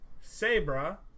Sabra